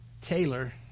Taylor